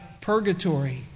purgatory